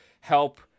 help